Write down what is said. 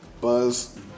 buzz